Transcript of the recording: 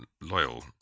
loyal